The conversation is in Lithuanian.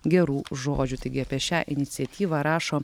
gerų žodžių taigi apie šią iniciatyvą rašo